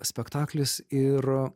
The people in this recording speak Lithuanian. spektaklis ir